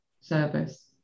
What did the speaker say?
service